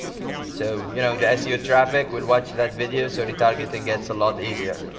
so you know the seo traffic will watch that video, so retargeting gets a lot easier.